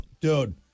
dude